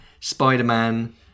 Spider-Man